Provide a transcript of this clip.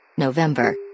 November